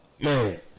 man